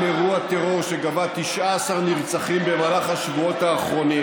אירוע טרור שגבה 19 נרצחים במהלך השבועות האחרונים,